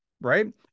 right